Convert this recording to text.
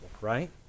right